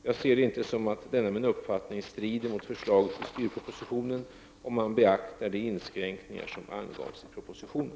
Jag ser det inte som att denna min uppfattning strider mot förslaget i styrpropositionen, om man beaktar de inskränkningar som angavs i propositionen.